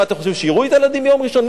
מה, אתם חושבים שיראו את הילדים ביום ראשון?